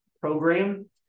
program